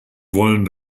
wollen